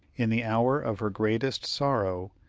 in the hour of her greatest sorrow,